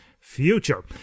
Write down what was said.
future